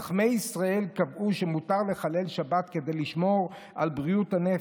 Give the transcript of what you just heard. חכמי ישראל קבעו שמותר לחלל שבת כדי לשמור על בריאות הנפש,